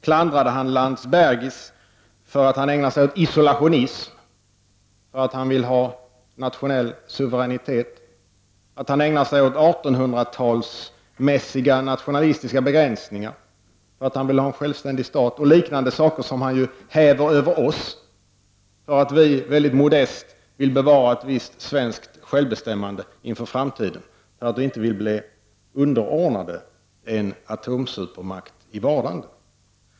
Klandrade han Landsbergis för att denne ägnar sig åt isolationism, för att han vill ha nationell suveränitet, för att han ägnar sig åt 1800-talsmässiga nationalistiska begränsningar, för att han vill ha en självständig stat och liknande saker som han häver över oss därför att vi väldigt modest vill bevara ett visst svenskt självbestämmande inför framtiden, därför att vi inte vill bli underordnade en atomsupermakt i vardande?